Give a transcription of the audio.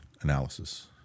analysis